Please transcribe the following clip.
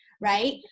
right